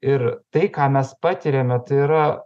ir tai ką mes patiriame tai yra